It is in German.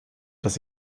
dass